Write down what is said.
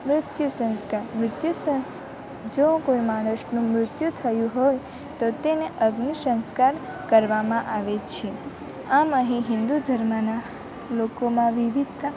મૃત્યુ સંસ્કાર મૃત્યુ જો કોઈ માણસનું મૃત્યુ થયું હોય તો તેને અગ્નિ સંસ્કાર કરવામાં આવે છે આમ અહીં હિન્દુ ધર્મનાં લોકોમાં વિવિધતા